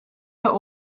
der